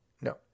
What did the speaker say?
No